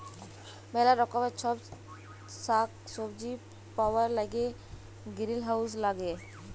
ম্যালা রকমের ছব সাগ্ সবজি পাউয়ার ল্যাইগে গিরিলহাউজ ল্যাগে